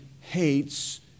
hates